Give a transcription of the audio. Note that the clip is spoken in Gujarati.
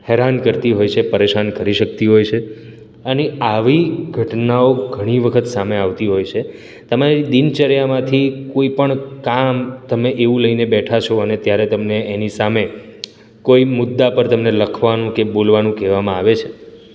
હેરાન કરતી હોય છે પરેશાન કરી શકતી હોય છે અને આવી ઘટનાઓ ઘણી વખત સામે આવતી હોય છે તમારી દિનચર્યામાંથી કોઇ પણ કામ તમે એવું લઈને બેઠા છો અને ત્યારે તેમને એની સામે કોઇ મુદ્દા પર તમને લખવાનું કે બોલવાનું કહેવામાં આવે છે